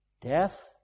Death